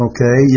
Okay